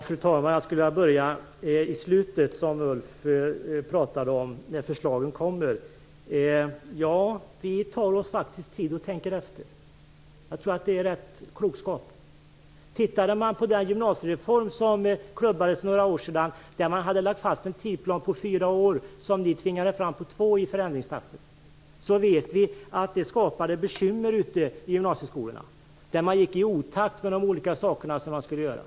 Fru talman! Jag skulle vilja börja med det sista Ulf Melin pratade om, när förslagen kommer. Vi tar oss faktiskt tid att tänka efter. Jag tror att det är rätt klokskap. Tittar vi närmare på den gymnasiereform som klubbades för några år sedan, där man hade lagt fast en tidsplan på fyra år som förändringstakt, som ni tvingade fram på två, så vet vi att det skapade bekymmer ute i gymnasieskolorna. Man gick i otakt med de olika saker som man skulle göra.